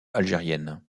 algérienne